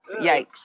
Yikes